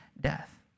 death